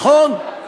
נכון?